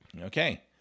Okay